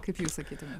kaip jūs sakytumėt